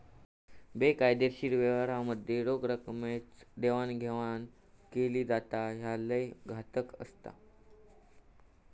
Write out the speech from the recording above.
बेकायदेशीर व्यवहारांमध्ये रोख रकमेतच देवाणघेवाण केली जाता, ह्या लय घातक असता